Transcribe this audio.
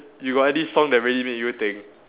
you got any song that really make you think